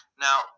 Now